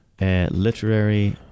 literary